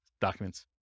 documents